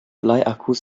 bleiakkus